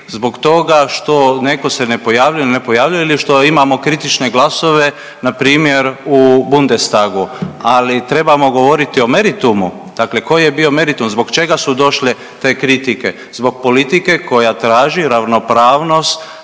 zbog toga što neko se ne pojavljuje ili ne pojavljuje ili što imamo kritične glasove npr. u Bundestagu, ali trebamo govoriti o meritumu, dakle koji je bio meritum, zbog čega su došle te kritike, zbog politike koja traži ravnopravnost